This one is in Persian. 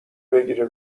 بگیره